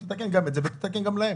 צריך לתקן גם את זה ותתקן גם להם.